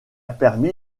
permis